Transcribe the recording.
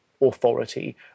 authority